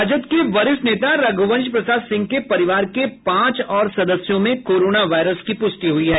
राजद के वरिष्ठ नेता रघुवंश प्रसाद सिंह के परिवार के पांच और सदस्यों में कोरोना वायरस की प्रष्टि हुई है